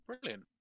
Brilliant